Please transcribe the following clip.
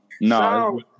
No